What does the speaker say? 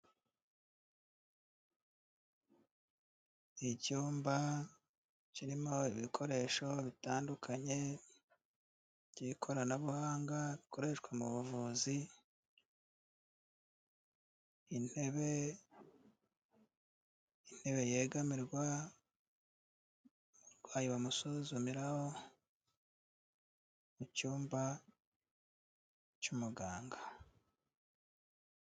Ni icyumba kirimo ibikoresho bitandukanye by'ikoranabuhanga rikoreshwa mu buvuzi, intebe, intebe yegamirwa umurwayi bamusuzumiraho, mu cyumba cy'umuganga.